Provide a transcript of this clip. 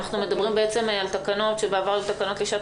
אנחנו מדברים על תקנות שבעבר היו תקנות לשעת